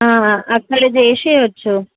అక్కడ చేసేయచ్చు